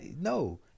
No